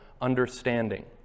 Understanding